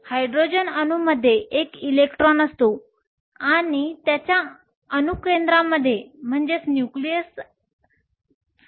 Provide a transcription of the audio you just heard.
hydrogen अणूमध्ये एक electron असतो आणि त्याच्या अणुकेंद्रामध्ये एक प्रोटॉन असतो